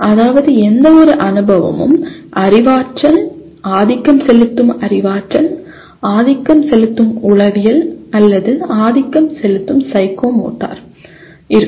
அதாவது எந்தவொரு அனுபவமும் அறிவாற்றல் ஆதிக்கம் செலுத்தும் அறிவாற்றல் ஆதிக்கம் செலுத்தும் உளவியல் அல்லது ஆதிக்கம் செலுத்தும் சைக்கோமோட்டார் இருக்கும்